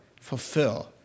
fulfill